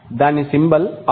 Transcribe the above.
దాని symbol R